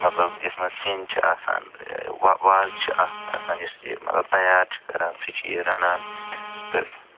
مطلب یَس منٛز سِنۍ چھِ آسان یہِ وا وازٕ چھِ اَکھ آسان یُس یہِ مطلب تیار چھِ کران سُہ چھِ یہِ رَنان تہٕ